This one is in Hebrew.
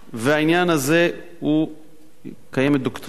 בעניין הזה קיימת דוקטרינה.